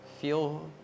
feel